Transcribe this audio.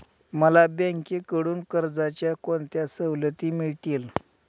मला बँकेकडून कर्जाच्या कोणत्या सवलती मिळतील?